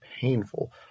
painful